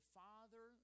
father